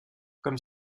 comme